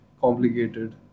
complicated